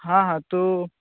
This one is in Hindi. हाँ हाँ तो